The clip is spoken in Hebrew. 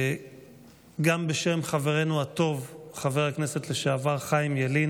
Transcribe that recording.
גם בשם חברנו הטוב חבר הכנסת לשעבר חיים ילין,